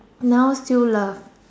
now still love